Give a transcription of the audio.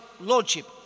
Lordship